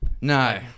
No